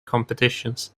competitions